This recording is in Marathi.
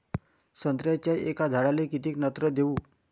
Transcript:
संत्र्याच्या एका झाडाले किती नत्र देऊ?